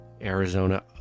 Arizona